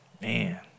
man